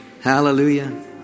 Hallelujah